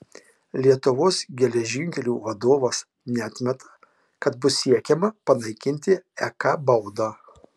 lietuvos geležinkelių vadovas neatmeta kad bus siekiama panaikinti ek baudą